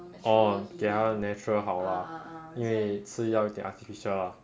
orh 给它 natural 好 ah 因为吃药一点 artificial ah